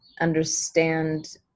understand